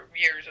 years